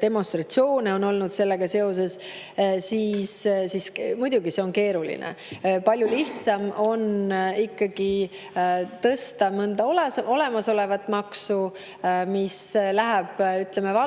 demonstratsioone on sellega seoses olnud. Muidugi see on keeruline. Palju lihtsam on ikkagi tõsta mõnda olemasolevat maksu, see läheb valutumalt